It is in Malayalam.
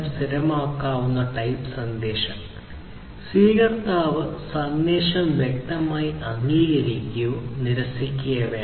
സ്ഥിരീകരിക്കാവുന്ന ടൈപ്പ് സന്ദേശത്തിന് സ്വീകർത്താവ് സന്ദേശം വ്യക്തമായി അംഗീകരിക്കുകയോ നിരസിക്കുകയോ വേണം